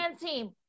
team